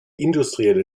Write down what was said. industrielle